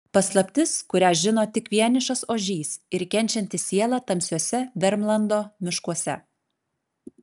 paslaptis kurią žino tik vienišas ožys ir kenčianti siela tamsiuose vermlando miškuose